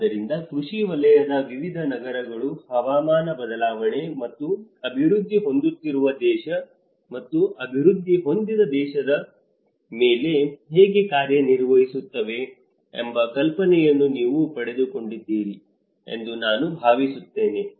ಆದ್ದರಿಂದ ಕೃಷಿ ವಲಯದ ವಿವಿಧ ನಗರಗಳು ಹವಾಮಾನ ಬದಲಾವಣೆ ಮತ್ತು ಅಭಿವೃದ್ಧಿ ಹೊಂದುತ್ತಿರುವ ದೇಶ ಮತ್ತು ಅಭಿವೃದ್ಧಿ ಹೊಂದಿದ ದೇಶಗಳ ಮೇಲೆ ಹೇಗೆ ಕಾರ್ಯನಿರ್ವಹಿಸುತ್ತಿವೆ ಎಂಬ ಕಲ್ಪನೆಯನ್ನು ನೀವು ಪಡೆದುಕೊಂಡಿದ್ದೀರಿ ಎಂದು ನಾನು ಭಾವಿಸುತ್ತೇನೆ